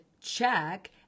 Check